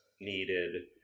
needed